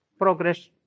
progress